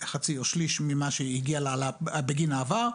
חצי או שליש ממה שהגיע לה בגין העבר,